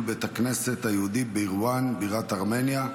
בית הכנסת היהודי בירוואן בירת ארמניה,